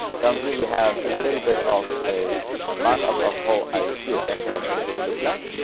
down here we have a little bit of a mock-up of how a css selector could look like.